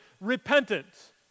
repentance